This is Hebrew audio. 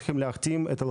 צריך לקבוע תור